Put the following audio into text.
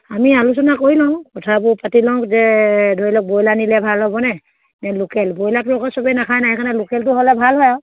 আমি আলোচনা কৰি লওঁ কথাবোৰ পাতি লওঁ যে ধৰি লওক ব্ৰইলাৰ নিলে ভাল হ'বনে নে লোকেল ব্ৰইলাৰটো আকৌ সবেই নাখায়নে সেইকাৰণে লোকেলটো হ'লে ভাল হয় আৰু